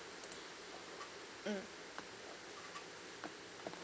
mm